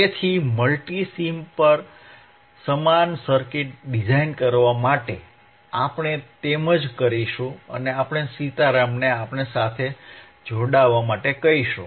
તેથી મલ્ટિસિમ પર સમાન સર્કિટ ડિઝાઇન કરવા માટે આપણે તેમ જ કરીશું અને આપણે સીતારામને આપણે સાથે જોડાવા માટે કહીશું